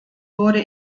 wurde